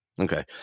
Okay